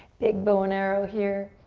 big bow and arrow here.